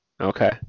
Okay